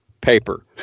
paper